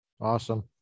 Awesome